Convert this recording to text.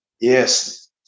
Yes